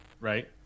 right